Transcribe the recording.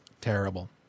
Terrible